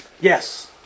Yes